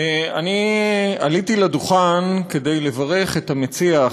אני עליתי לדוכן כדי לברך את המציע,